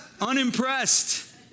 Unimpressed